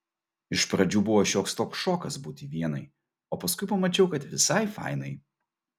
iš pradžių buvo šioks toks šokas būti vienai o paskui pamačiau kad visai fainai